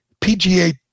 PGA